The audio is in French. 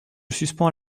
suspends